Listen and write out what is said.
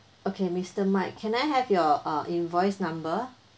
okay mister mike can I have your uh invoice number